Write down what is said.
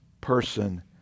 person